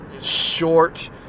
short